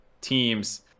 teams